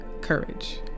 courage